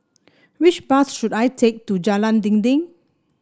which bus should I take to Jalan Dinding